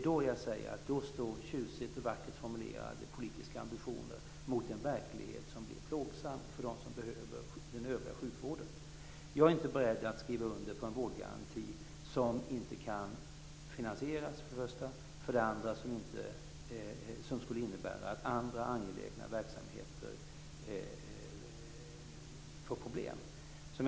Då står tjusigt och vackert formulerade politiska ambitioner mot den verklighet som blir plågsam för dem som behöver den övriga sjukvården. Jag är inte beredd att skriva under på en vårdgaranti som inte kan finansieras och som skulle innebära att andra angelägna verksamheter får problem.